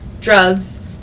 drugs